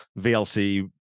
VLC